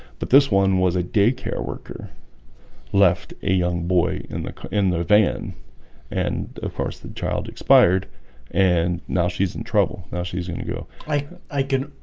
but this one was a daycare worker left a young boy in the in the van and of course the child expired and now she's in trouble now. she's going to go like i can